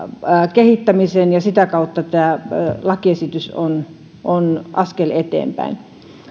kehittämisen ja sitä kautta tämä lakiesitys on on askel eteenpäin